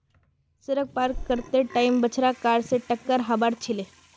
सड़क पार कर त टाइम बछड़ा कार स टककर हबार छिले